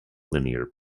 linear